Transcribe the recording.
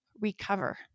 recover